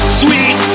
sweet